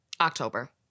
October